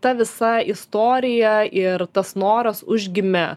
ta visa istorija ir tas noras užgimė